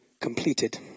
completed